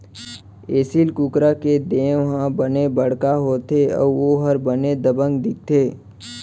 एसील कुकरा के देंव ह बने बड़का होथे अउ ओहर बने दबंग दिखथे